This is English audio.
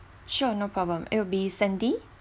sure no problem it'll be sandy